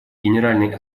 генеральной